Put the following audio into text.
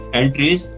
entries